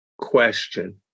question